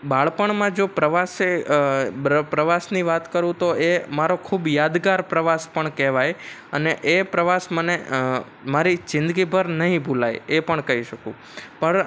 બાળપણમાં જો પ્રવાસે બ્ર પ્રવાસની વાત કરું તો એ મારો ખૂબ યાદગાર પ્રવાસ પણ કહેવાય અને એ પ્રવાસ મને મારી જિંદગીભર નહીં ભૂલાય એ પણ કહી શકું પર